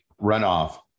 runoff